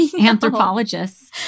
Anthropologists